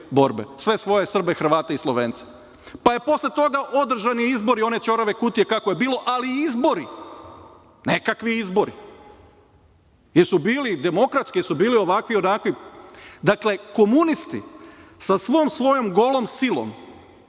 NOB, sve svoje Srbe, Hrvate i Slovence. Pa, posle toga održani izbori, one ćorave kutiju, kako je bilo, ali izbori, nekakvi izbori, jesu li bili demokratski, jesu bili ovakvi, onakvi. Dakle, komunisti sa svom svojom golom silom,